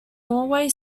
norway